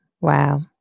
Wow